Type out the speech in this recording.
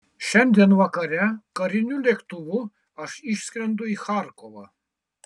šiandien vakare kariniu lėktuvu aš išskrendu į charkovą